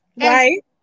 Right